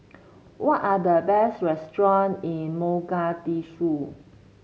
what are the best restaurant in Mogadishu